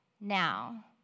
Now